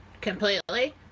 completely